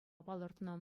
палӑртнӑ